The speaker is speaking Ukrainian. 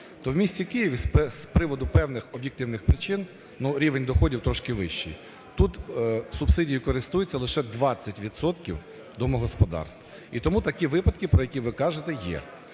то в місті Києві з приводу певних об'єктивних причин, ну, рівень доходів трошки вищий, тут субсидією користується лише 20 відсотків домогосподарств, і тому такі випадки, про які ви кажете, є.